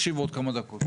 מנת להקשיב עוד כמה דקות,